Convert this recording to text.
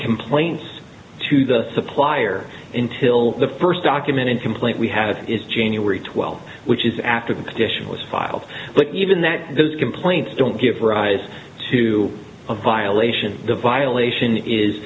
complaints to the supplier intil the first documented complaint we have is january twelfth which is after the petition was filed but even that those complaints don't give rise to a violation the violation is